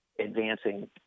advancing